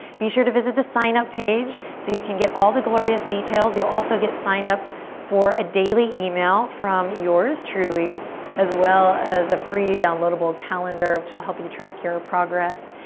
be sure to visit the sign up page so you can get all the glorious details. you'll also get signed up for a daily email from your's truly as well as a free downloadable calendar which will help you track your progress.